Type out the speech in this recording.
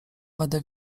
będę